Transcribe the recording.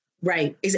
Right